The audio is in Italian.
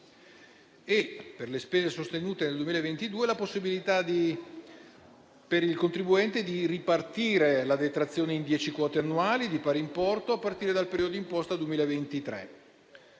e, per le spese sostenute nel 2022, la possibilità per il contribuente di ripartire la detrazione in dieci quote annuali di pari importo, a partire dal periodo di imposta 2023.